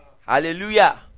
Hallelujah